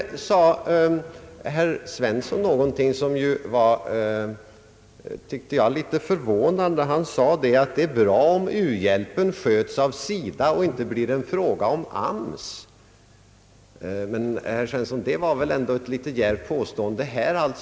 Herr Svensson sade också något som förvånade mig en smula, nämligen att det är bra om u-hjälpen sköts av SIDA och inte blir en fråga för AMS. Men detta var väl ett ganska djärvt påstående, herr Svensson?